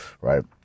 right